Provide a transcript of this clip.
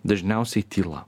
dažniausiai tyla